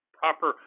proper